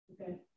Okay